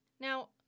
Now